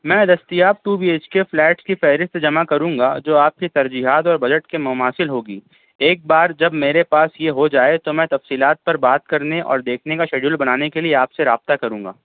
میں دستیاب two B H K flats کی فہرست جمع کروں گا جو آپ کی ترجیحات اور بجٹ کے مماثل ہو گی ایک بار جب میرے پاس یہ ہو جائے تو میں تفصیلات پر بات کرنے اور دیکھنے کا شیڈیول بنانے کے لیے آپ سے رابطہ کروں گا